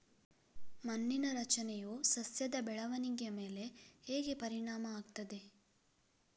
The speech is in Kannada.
ಮಣ್ಣಿನ ರಚನೆಯು ಸಸ್ಯದ ಬೆಳವಣಿಗೆಯ ಮೇಲೆ ಹೇಗೆ ಪರಿಣಾಮ ಆಗ್ತದೆ?